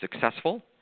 successful